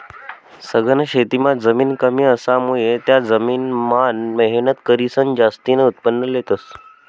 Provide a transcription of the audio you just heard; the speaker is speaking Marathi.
सघन शेतीमां जमीन कमी असामुये त्या जमीन मान मेहनत करीसन जास्तीन उत्पन्न लेतस